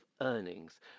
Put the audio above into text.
earnings